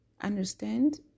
understand